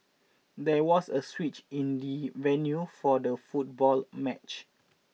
there was a switch in the venue for the football match